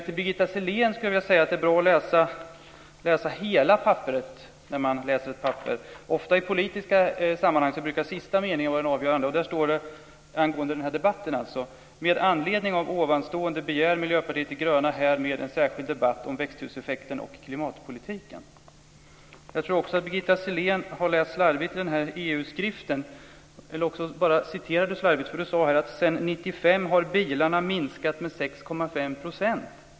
Till Birgitta Sellén vill jag säga att det är bra att läsa hela texten när man läser ett dokument. I politiska sammanhang brukar sista meningen vara avgörande. Där står det, med anledning av den här debatten: Med anledning av ovanstående begär Miljöpartiet de gröna härmed en särskild debatt om växthuseffekten och klimatpolitiken. Jag tror att Birgitta Sellén också har läst slarvigt i EU-skriften, eller bara citerade slarvigt. Birgitta Sellén sade att sedan 1995 har bilarna minskat med 5,6 %.